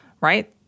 right